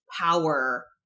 power